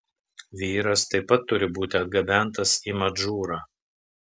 vyras taip pat turi būti atgabentas į madžūrą